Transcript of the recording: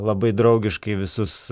labai draugiškai visus